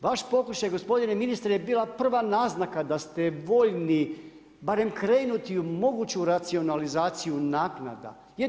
Vaš pokušaj gospodine ministre je bila prva naznaka, da ste voljni, barem krenuti u moguću racionalizaciju naknada.